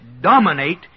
dominate